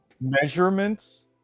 Measurements